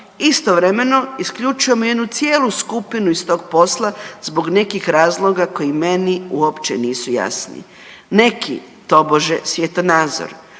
Istovremeno isključujemo jednu cijelu skupinu iz tog posla zbog nekih razloga koji meni uopće nisu jasni, neki tobože svjetonazor,